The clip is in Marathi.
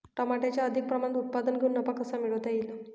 टमाट्याचे अधिक प्रमाणात उत्पादन घेऊन नफा कसा मिळवता येईल?